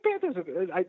panthers